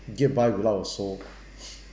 get by without a soul